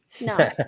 No